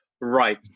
right